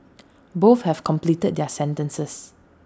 both have completed their sentences